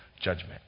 judgment